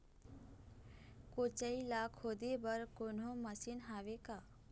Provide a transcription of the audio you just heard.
कोचई ला खोदे बर कोन्हो मशीन हावे का?